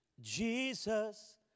Jesus